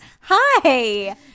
Hi